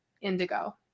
indigo